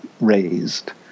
raised